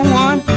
one